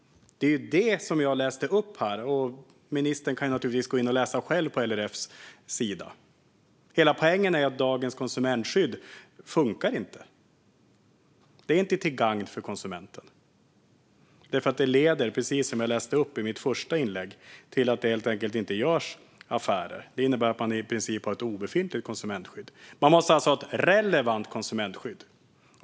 Det var det som jag läste upp här. Ministern kan naturligtvis gå in och läsa själv på LRF:s sida. Hela poängen är att dagens konsumentskydd inte funkar. Det är inte till gagn för konsumenten därför att det leder till att det helt enkelt inte görs affärer, som jag sa i mitt första inlägg. Det innebär att man i princip har ett obefintligt konsumentskydd. Man måste alltså ha ett relevant konsumentskydd.